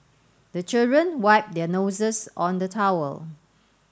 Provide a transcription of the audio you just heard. the children wipe their noses on the towel